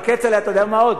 אבל, כצל'ה, אתה יודע מה עוד?